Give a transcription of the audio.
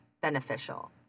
beneficial